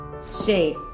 Say